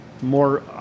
more